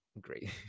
great